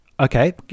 Okay